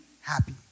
happy